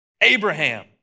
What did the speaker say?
Abraham